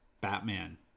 Batman